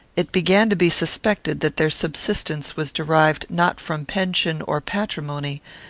it began to be suspected that their subsistence was derived not from pension or patrimony,